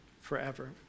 forever